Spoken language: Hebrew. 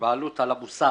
בעלות על המוסך